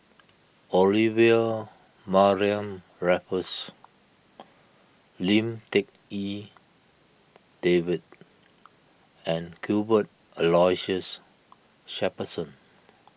Olivia Mariamne Raffles Lim Tik En David and Cuthbert Aloysius Shepherdson